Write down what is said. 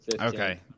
Okay